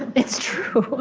it's true.